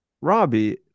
Robbie